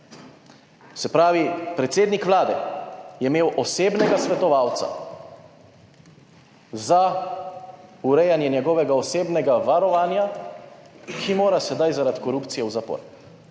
Se pravi, predsednik Vlade je imel osebnega svetovalca za urejanje njegovega osebnega varovanja, ki mora sedaj zaradi korupcije v zapor.